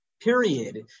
period